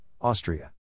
Austria